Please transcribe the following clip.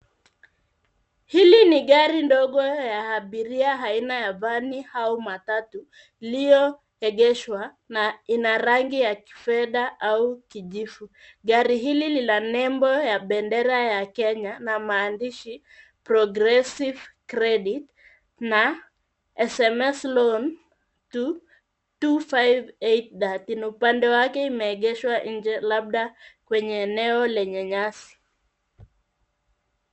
Hili ni gari ndogo ya abiria aina ya vani au matatu iliyoegeshwa na ina rangi ya kifedha au kijivu. Gari hili lina nembo ya bendera ya Kenya na maandishi Progressive Credit na SMS LOAN 25830 Upande wake imeegeshwa nje labda kwenye eneo lenye nyasi.